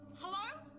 Hello